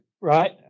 right